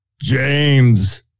James